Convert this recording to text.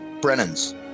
Brennan's